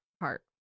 heart